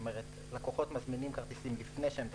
זאת אומרת, לקוחות מזמינים כרטיסים לפני שהם טסים,